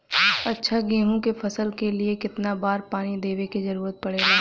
अच्छा गेहूँ क फसल के लिए कितना बार पानी देवे क जरूरत पड़ेला?